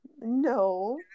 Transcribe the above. No